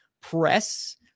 press